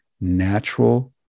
natural